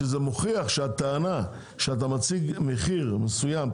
שהוכח שאם אתה מציג מחיר מסוים,